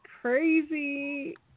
crazy